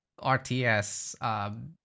RTS